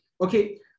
Okay